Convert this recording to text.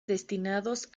destinados